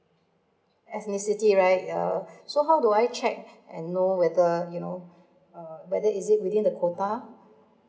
S_A_C_T right uh so how do I check and know whether you know uh whether is it within the quota